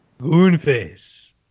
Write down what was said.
Goonface